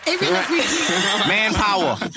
Manpower